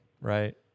right